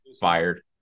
fired